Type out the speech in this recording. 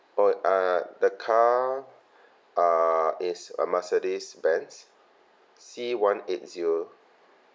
oh uh the car err is a Mercedes Benz C one eight zero